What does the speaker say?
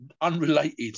unrelated